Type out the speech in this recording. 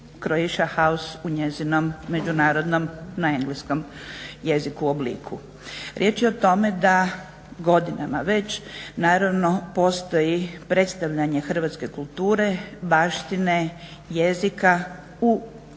"Croatia house" u njezinom međunarodnom na engleskom jeziku obliku. Riječ je o tome da godinama već naravno postoji predstavljanje hrvatske kulture, baštine, jezika u